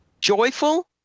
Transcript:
joyful